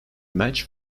match